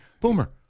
Boomer